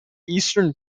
eastern